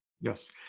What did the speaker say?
Yes